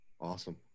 Awesome